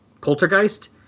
Poltergeist